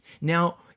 Now